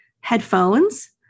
headphones